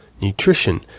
nutrition